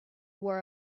wore